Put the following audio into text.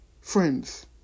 Friends